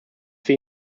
für